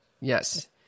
Yes